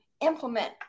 implement